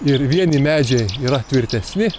ir vieni medžiai yra tvirtesni